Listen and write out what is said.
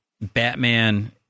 Batman